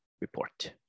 report